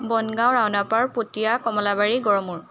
Bongaon Raonapar Patia Kamalabari Garmur